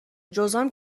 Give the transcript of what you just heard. جذام